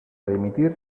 dimitir